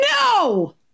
No